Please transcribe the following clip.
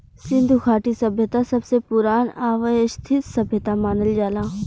सिन्धु घाटी सभ्यता सबसे पुरान आ वयवस्थित सभ्यता मानल जाला